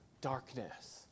darkness